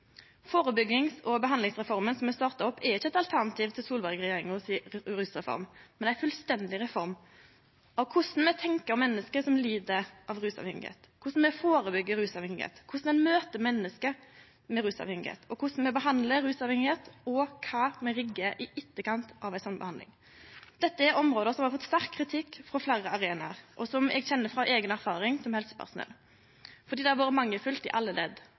Førebyggings- og behandlingsreforma som er starta opp, er ikkje eit alternativ til Solberg-regjeringa si rusreform, men ei fullstendig reform av korleis me tenkjer om menneske som lid av rusavhengigheit, korleis me førebyggjer rusavhengigheit, korleis me møter menneske med rusavhengigheit, korleis me behandlar rusavhengigheit, og kva me riggar i etterkant av ei sånn behandling. Dette er område som har fått sterk kritikk frå fleire arenaar, og som eg kjenner frå eiga erfaring som helsepersonell. Det har vore mangelfullt i alle ledd,